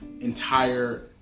entire